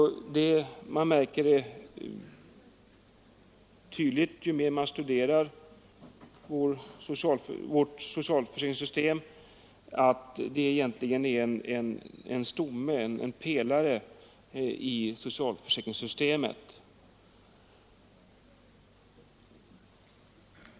Man märker det tydligt ju mer man studerar vårt socialförsäkringssystem att pensionstillskottet egentligen är en pelare i försäkringssystemet.